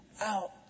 out